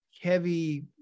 heavy